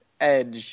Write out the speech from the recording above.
edge